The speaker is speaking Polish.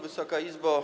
Wysoka Izbo!